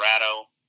Colorado